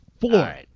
Four